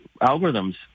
algorithms